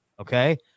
Okay